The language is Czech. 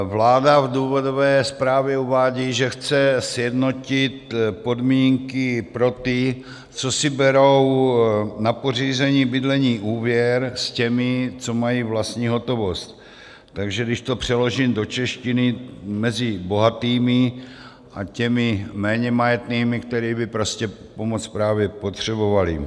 Vláda v důvodové zprávě uvádí, že chce sjednotit podmínky pro ty, co si berou na pořízení bydlení úvěr, s těmi, co mají vlastní hotovost, takže když to přeložím do češtiny, mezi bohatými a těmi méně majetnými, kteří by prostě tu pomoc právě potřebovali.